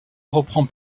reprend